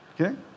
Okay